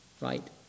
right